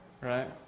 Right